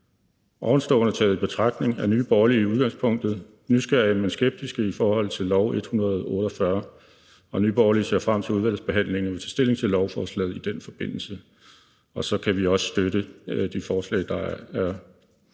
Ovenstående taget i betragtning er Nye Borgerlige i udgangspunktet nysgerrige, men skeptiske i forhold til L 148, og Nye Borgerlige ser frem til udvalgsbehandlingen og vil tage stilling til lovforslaget i den forbindelse. Og så kan vi også støtte det forslag, der er blevet